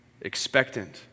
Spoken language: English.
expectant